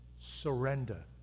surrender